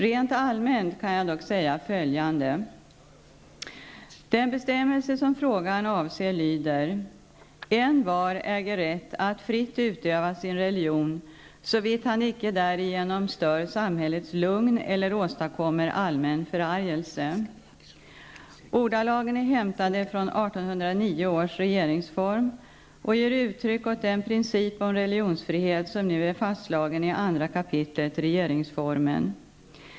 Rent allmänt kan jag dock säga följande. Den bestämmelse som frågan avser lyder: ''Envar äger rätt att fritt utöva sin religion, såvitt han icke därigenom stör samhällets lugn eller åstadkommer allmän förargelse.'' Ordalagen är hämtade från 1809 års regeringsfrom och ger uttryck åt den princip om religionsfrihet som nu är fastslagen i 2 kap. regeringsformen.